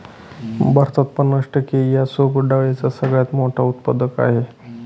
भारत पन्नास टक्के यांसोबत डाळींचा सगळ्यात मोठा उत्पादक आहे